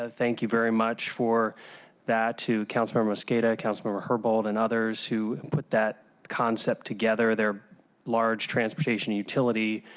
ah thank you very much for that, to councilmember mosqueda, councilmember herbold, and others, who put that concept together. their large transportation, utility,